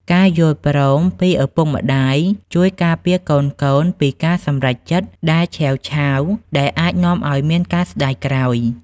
ការយល់ព្រមពីឪពុកម្ដាយជួយការពារកូនៗពីការសម្រេចចិត្តដែលឆេវឆាវ ដែលអាចនាំឱ្យមានការស្ដាយក្រោយ។